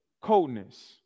coldness